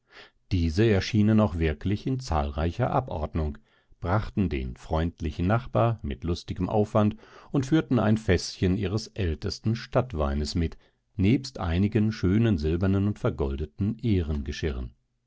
diese erschienen auch wirklich in zahlreicher abordnung brachten den freundlichen nachbar mit lustigem aufwand und führten ein fäßchen ihres ältesten stadtweines mit nebst einigen schönen silbernen und vergoldeten